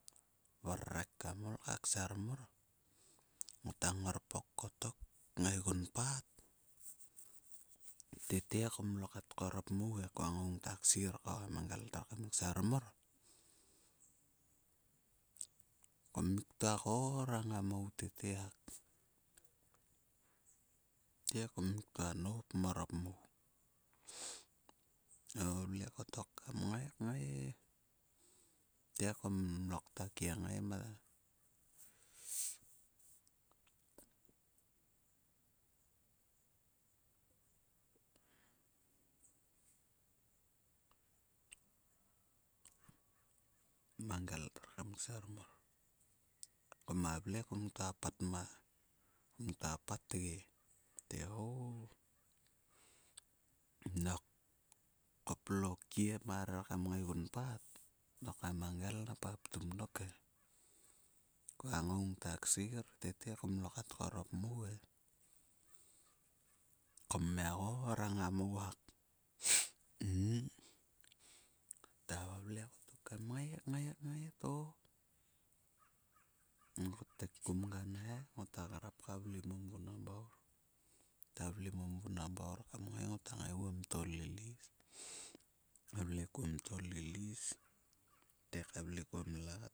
Varrek kam ol ka kser mor ngota ngorpok kottok ngaigun pat twtw kum lokta korop mou e kua ngoung ta ksir ko a magel tre kam kser mor. Kum miktua gorang a mou tete hak. Tete kmittua nop kmorop mou. Gia vavle kottok kam ngai kngai. Tete kumlokta kiengei ma mangel tre kam kser mor. Kuma vle kumtua pat ge te o nok koplo kie marer kam ngaigun paat nok a mangel napa ptum dok he. Kua ngoung ta ksir tete kum lakto korop mou e. Kumia gorang o mou hak. Ktua vavle tok kam ngai kngai to ngot kotek kum gunai, koul ka vle mom vunabour. Ngota vle mom vuna bour kam ngai ngota ngaigoum tolilis. Valvw kuom tolilis te ka vle kuom lat.